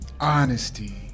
Honesty